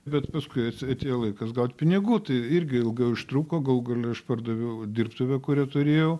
bet paskui atėjo laikas gaut pinigų tai irgi ilgai užtruko gale aš pardaviau dirbtuvę kurią turėjau